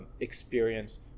experience